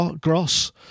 Gross